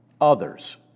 others